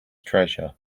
treasure